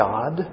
God